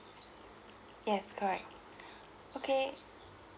yes correct okay